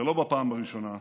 ולא בפעם הראשונה,